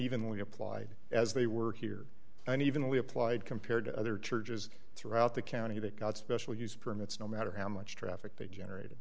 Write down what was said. evenly applied as they were here and even we applied compared to other churches throughout the county that got special use permits no matter how much traffic they generate